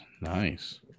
nice